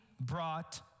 brought